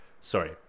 sorry